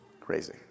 Crazy